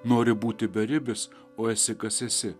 nori būti beribis o esi kas esi